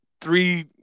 three